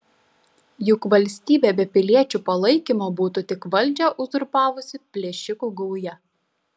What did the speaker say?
juk valstybė be piliečių palaikymo būtų tik valdžią uzurpavusi plėšikų gauja